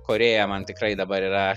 korėja man tikrai dabar yra